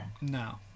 No